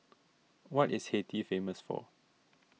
what is Haiti famous for